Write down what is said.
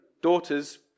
daughters